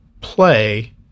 play